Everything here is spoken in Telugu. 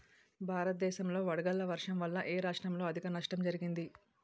భారతదేశం లో వడగళ్ల వర్షం వల్ల ఎ రాష్ట్రంలో అధిక నష్టం జరిగింది?